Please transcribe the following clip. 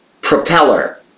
propeller